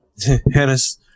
Hannahs